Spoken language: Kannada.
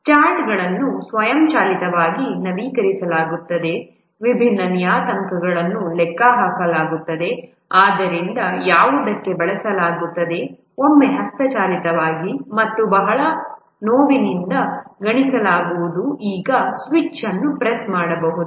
ಚಾರ್ಟ್ಗಳನ್ನು ಸ್ವಯಂಚಾಲಿತವಾಗಿ ನವೀಕರಿಸಲಾಗುತ್ತದೆ ವಿಭಿನ್ನ ನಿಯತಾಂಕಗಳನ್ನು ಲೆಕ್ಕಹಾಕಲಾಗುತ್ತದೆ ಆದ್ದರಿಂದ ಯಾವುದಕ್ಕೆ ಬಳಸಲಾಗುತ್ತದೆ ಒಮ್ಮೆ ಹಸ್ತಚಾಲಿತವಾಗಿ ಮತ್ತು ಬಹಳ ನೋವಿನಿಂದ ಗಣಿಸಲಾಗುವುದು ಈಗ ಸ್ವಿಚ್ ಅನ್ನು ಪ್ರೆಸ್ ಮಾಡಬಹುದು